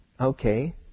okay